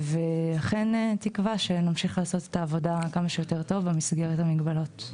אכן יש תקווה שנמשיך לעשות את העבודה כמה שיותר טוב במסגרת המגבלות.